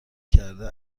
کرده